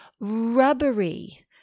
rubbery